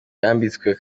yambitswe